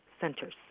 centers